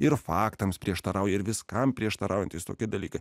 ir faktams prieštarauja ir viskam prieštaraujantys tokie dalykai